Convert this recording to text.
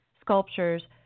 sculptures